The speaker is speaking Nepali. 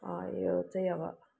अँ यो चाहिँ अब